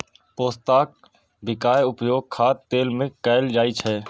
पोस्ताक बियाक उपयोग खाद्य तेल मे कैल जाइ छै